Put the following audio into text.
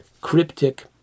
cryptic